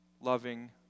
loving